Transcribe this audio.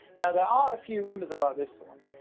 now, there are a few rumors about this one.